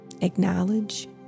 acknowledge